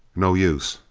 no use.